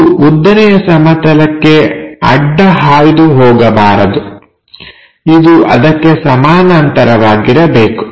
ಇದು ಉದ್ದನೆಯ ಸಮತಲಕ್ಕೆ ಅಡ್ಡ ಹಾಯ್ದು ಹೋಗಬಾರದು ಇದು ಅದಕ್ಕೆ ಸಮಾನಾಂತರವಾಗಿರಬೇಕು